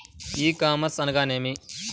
ఈ కామర్స్ అనగానేమి?